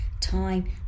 time